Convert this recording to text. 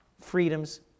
freedoms